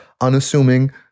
unassuming